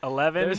Eleven